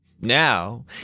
Now